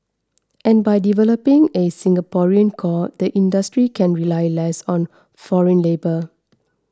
and by developing a Singaporean core the industry can rely less on foreign labour